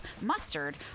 mustard